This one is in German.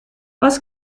was